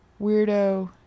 weirdo